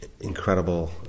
incredible